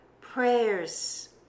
prayers